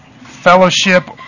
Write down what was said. fellowship